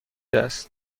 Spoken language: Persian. است